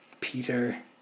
Peter